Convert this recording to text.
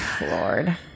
lord